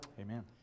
Amen